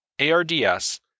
ARDS